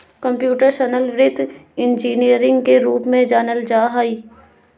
computational वित्त engineering के रूप में जानल जा हइ